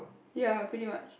ya pretty much